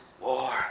war